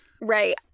right